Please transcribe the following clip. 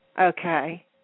Okay